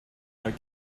their